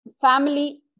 family